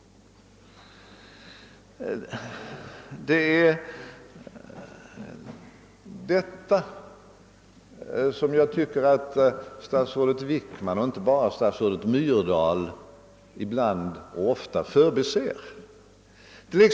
Det är detta jag tycker att statsrådet Wickman, och inte bara statsrådet Myrdal, ofta förbiser.